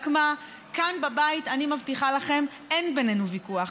כאן, בבית, אני מבטיחה לכם, אין בינינו ויכוח.